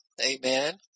Amen